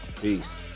Peace